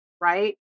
right